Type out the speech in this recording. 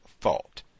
fault